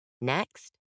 Next